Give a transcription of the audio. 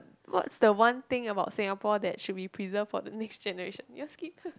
what's the one thing about Singapore that should be preserved for the next generation you want to skip